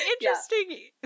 interesting